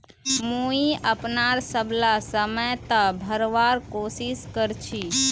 मुई अपनार सबला समय त भरवार कोशिश कर छि